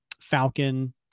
Falcon